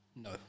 No